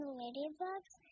ladybugs